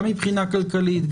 גם מבחינה כלכלית,